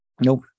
Nope